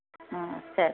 ஆ சரி